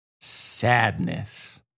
Sadness